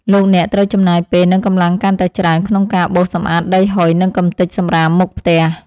លោកអ្នកត្រូវចំណាយពេលនិងកម្លាំងកាន់តែច្រើនក្នុងការបោសសម្អាតដីហុយនិងកម្ទេចសំរាមមុខផ្ទះ។